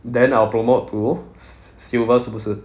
then I'll promote to silver 是不是